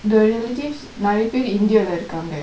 the relatives நிறைய பேரு:niraya peru india இருக்காங்க:irukaangka